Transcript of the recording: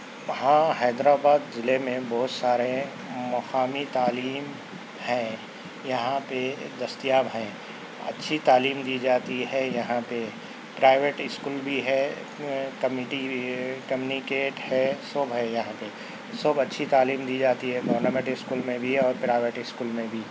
ہاں حیدر آباد ضلعے میں بہت سارے مقامی تعلیم ہیں یہاں پہ دستیاب ہیں اچھی تعلیم دی جاتی ہے یہاں پہ پرائیویٹ اسکول بھی ہے کمیٹی بھی کمنیکیٹ ہے سب ہے یہاں پہ سب اچھی تعلیم دی جاتی ہے گورنمینٹ اسکول میں بھی اور پرائیوٹ اسکول میں بھی